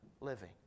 living